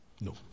No